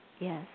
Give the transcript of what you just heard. Yes